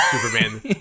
Superman